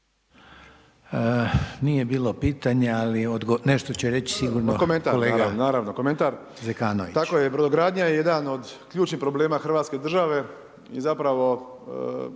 Nije bilo pitanja, ali nešto će reći sigurno kolega Zekanović.